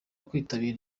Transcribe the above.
kwitabira